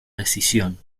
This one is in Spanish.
decisión